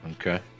Okay